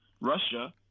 Russia